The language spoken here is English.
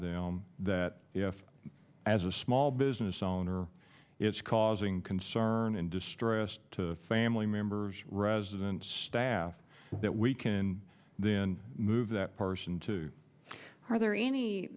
them that if as a small business owner it's causing concern and distress to family members residents staff that we can then move that person to are there any